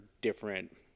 different